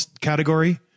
category